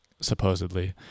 supposedly